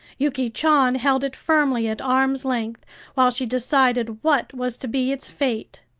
yuki chan held it firmly at arm's-length while she decided what was to be its fate.